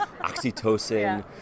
oxytocin